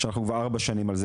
שאנחנו כבר ארבע שנים על זה.